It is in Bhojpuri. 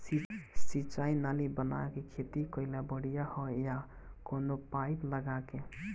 सिंचाई नाली बना के खेती कईल बढ़िया ह या कवनो पाइप लगा के?